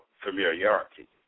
familiarity